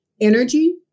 energy